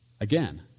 Again